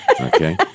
Okay